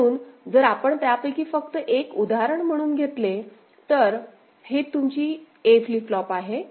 म्हणून जर आपण त्यापैकी फक्त एक उदाहरण म्हणून घेतले तर हे तुमची A फ्लिप फ्लॉप आहे